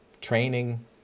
training